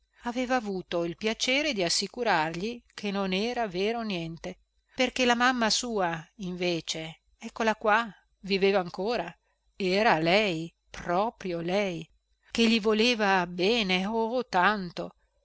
aveva avuto il piacere di assicurargli che non era vero niente perché la mamma sua invece eccola qua viveva ancora era lei proprio lei che gli voleva bene oh tanto